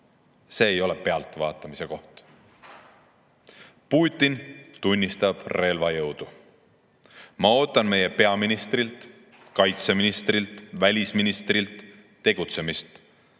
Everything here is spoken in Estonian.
See ei ole pealtvaatamise koht. Putin tunnistab relvajõudu. Ma ootan meie peaministrilt, kaitseministrilt, välisministrilt tegutsemist,